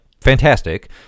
fantastic